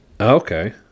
okay